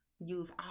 use